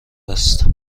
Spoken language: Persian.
است